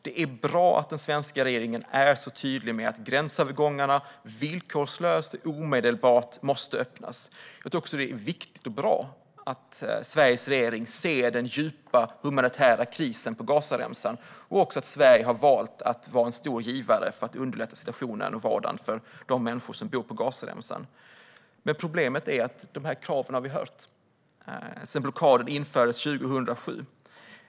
Det är bra att den svenska regeringen är så tydlig med att gränsövergångarna, villkorslöst och omedelbart, måste öppnas. Jag tror också att det är viktigt och bra att Sveriges regering ser den djupa humanitära krisen på Gazaremsan och att Sverige har valt att vara en stor givare för att underlätta situationen och vardagen för de människor som bor på Gazaremsan. Men problemet är att vi har hört dessa krav sedan blockaden infördes 2007.